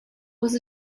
was